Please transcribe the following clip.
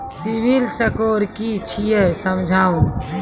Civil score कि छियै समझाऊ?